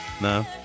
no